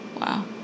wow